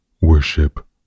worship